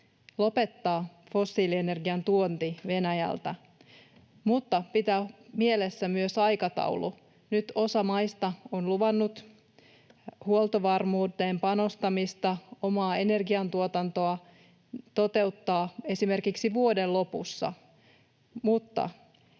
lopettaa fossiilienergian tuonti Venäjältä — mutta pitää mielessä myös aikataulu: nyt osa maista on luvannut huoltovarmuuteen panostamista ja omaa energiantuotantoa toteuttaa esimerkiksi vuoden lopussa, mutta